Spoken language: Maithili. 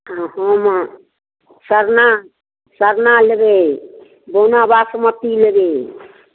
हम सरना सरना लेबै बौना बासमती लेबै